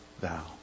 thou